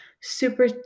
super